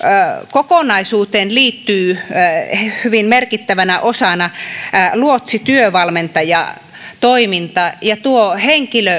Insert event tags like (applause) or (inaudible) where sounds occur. kokonaisuuteen liittyy hyvin merkittävänä osana luotsityövalmentajatoiminta tuo henkilö (unintelligible)